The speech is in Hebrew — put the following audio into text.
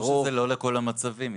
ברור שזה לא לכל המצבים,